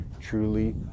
truly